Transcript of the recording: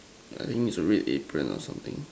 I think it's a red apron or something